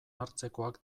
hartzekoak